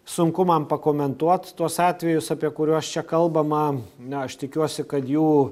sunku man pakomentuot tuos atvejus apie kuriuos čia kalbama na aš tikiuosi kad jų